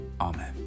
Amen